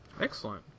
excellent